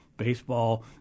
baseball